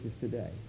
today